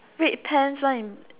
red pants one in